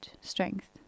strength